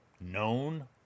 known